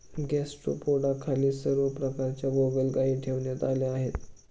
गॅस्ट्रोपोडाखाली सर्व प्रकारच्या गोगलगायी ठेवण्यात आल्या आहेत